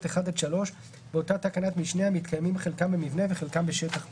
(1) עד (3) באותה תקנת משנה המתקיימים חלקם במבנה וחלקם בשטח פתוח."